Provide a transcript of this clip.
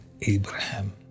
Abraham